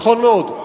נכון מאוד.